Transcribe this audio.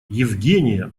евгения